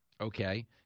Okay